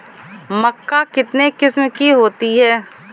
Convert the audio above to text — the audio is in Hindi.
मक्का कितने किस्म की होती है?